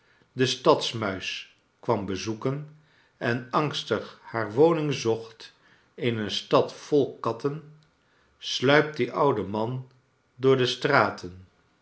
kwam bezoeken en angstig haar woning zocht in een stad vol katten sluipt die oude man door de straten